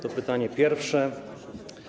To pytanie pierwsze.